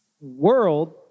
world